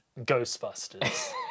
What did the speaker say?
Ghostbusters